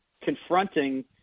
confronting –